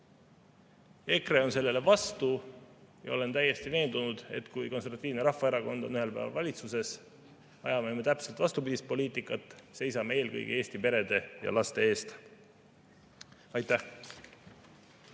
EKRE on sellele vastu ja olen täiesti veendunud, et kui [Eesti] Konservatiivne Rahvaerakond on ühel päeval valitsuses, ajame me täpselt vastupidist poliitikat, seisame eelkõige Eesti perede ja laste eest. Aitäh!